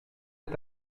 est